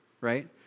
right